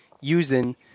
using